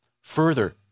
Further